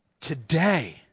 today